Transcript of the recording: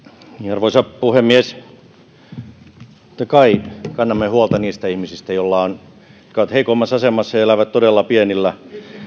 arvoisa puhemies totta kai kannamme huolta niistä ihmisistä jotka ovat heikommassa asemassa ja elävät todella pienillä